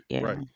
Right